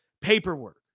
paperwork